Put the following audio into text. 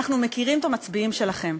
אנחנו מכירים את המצביעים שלכם,